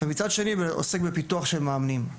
ומצד שני עוסק בפיתוח של מאמנים.